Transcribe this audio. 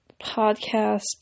podcast